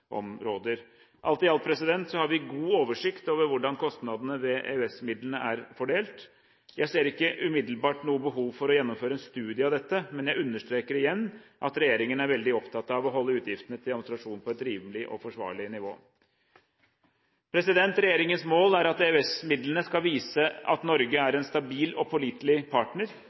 Alt i alt har vi god oversikt over hvordan kostnadene ved EØS-midlene er fordelt. Jeg ser ikke umiddelbart noe behov for å gjennomføre en studie av dette, men jeg understreker igjen at regjeringen er veldig opptatt av å holde utgiftene til administrasjon på et rimelig og forsvarlig nivå. Regjeringens mål er at EØS-midlene skal vise at Norge er en stabil og pålitelig partner,